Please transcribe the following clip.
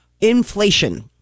Inflation